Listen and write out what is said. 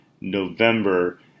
November